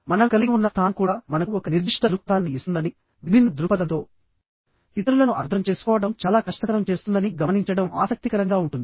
మనం కలిగి ఉన్న స్థానం కూడా మనకు ఒక నిర్దిష్ట దృక్పథాన్ని ఇస్తుందని విభిన్న దృక్పథంతో ఇతరులను అర్థం చేసుకోవడం చాలా కష్టతరం చేస్తుందని గమనించడం ఆసక్తికరంగా ఉంటుంది